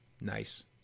Nice